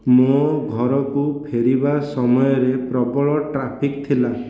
ମୋ' ଘରକୁ ଫେରିବା ସମୟରେ ପ୍ରବଳ ଟ୍ରାଫିକ୍ ଥିଲା